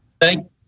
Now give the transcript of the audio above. Thank